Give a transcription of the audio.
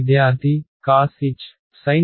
విద్యార్థి కాస్h